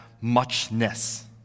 muchness